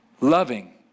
loving